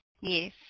Yes